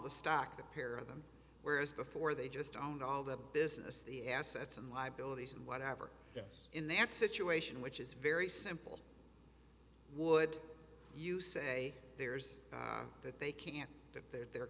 the stock a pair of them whereas before they just own all the business the assets and liabilities and whatever yes in that situation which is very simple would you say there's that they can't get their